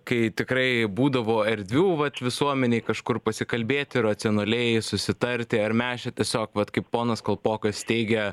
kai tikrai būdavo erdvių vat visuomenei kažkur pasikalbėti racionaliai susitarti ar mes čia tiesiog vat kaip ponas kalpokas teigia